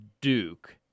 Duke